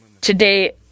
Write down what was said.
today